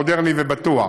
מודרני ובטוח.